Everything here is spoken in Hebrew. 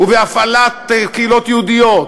ובהפעלת קהילות יהודיות,